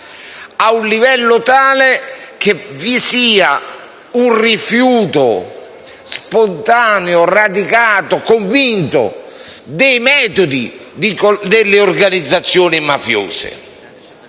a un livello tale da indurre un rifiuto spontaneo, radicato e convinto dei metodi delle organizzazioni mafiose.